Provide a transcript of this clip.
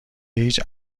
هیچ